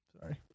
Sorry